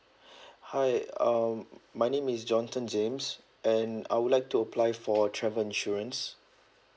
hi um my name is johnson james and I would like to apply for travel insurance